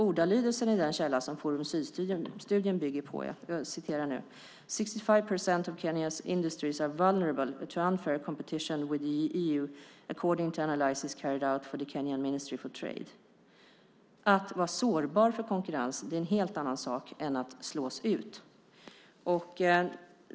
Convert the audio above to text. Ordalydelsen i den källa som studien från Forum Syd bygger på är: "Sixty-five per cent of Kenya's industries are vulnerable to unfair competition with the EU according to analysis carried out for the Kenyan Ministry for Trade." Att vara sårbar för konkurrens är en helt annan sak än att slås ut.